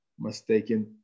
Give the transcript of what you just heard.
Mistaken